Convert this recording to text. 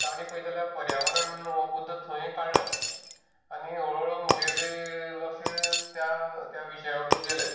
तांणी पयत जाल्यार पर्यावरण हो मुद्दो थंय काडलो आनी हळू हळू मुगेलें लक्ष त्या त्या विशयाक गेलें